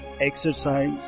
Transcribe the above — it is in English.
exercise